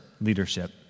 leadership